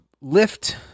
lift